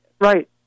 Right